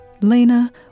Lena